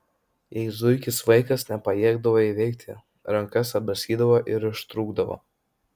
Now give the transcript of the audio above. jei zuikis vaikas nepajėgdavo įveikti rankas apdraskydavo ir ištrūkdavo